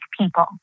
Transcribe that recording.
people